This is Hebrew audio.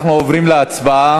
אנחנו עוברים להצבעה.